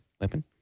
weapon